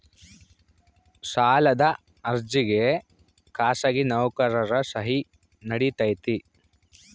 ಸಾಲದ ಅರ್ಜಿಗೆ ಖಾಸಗಿ ನೌಕರರ ಸಹಿ ನಡಿತೈತಿ?